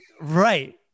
Right